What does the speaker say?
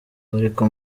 ariko